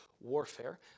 warfare